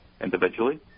individually